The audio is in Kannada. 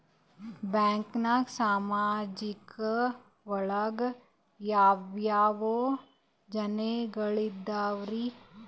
ಬ್ಯಾಂಕ್ನಾಗ ಸಾಮಾಜಿಕ ಒಳಗ ಯಾವ ಯಾವ ಯೋಜನೆಗಳಿದ್ದಾವ್ರಿ?